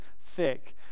thick